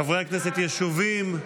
חברי הכנסת ישובים.